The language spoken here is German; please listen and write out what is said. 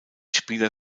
spieler